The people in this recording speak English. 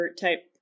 type